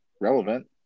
relevant